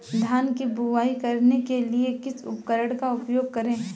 धान की बुवाई करने के लिए किस उपकरण का उपयोग करें?